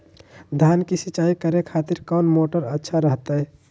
धान की सिंचाई करे खातिर कौन मोटर अच्छा रहतय?